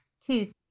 two